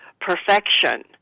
perfection